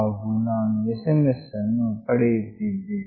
ಹಾಗು ನಾನು SMS ಅನ್ನು ಪಡೆಯುತ್ತೇನೆ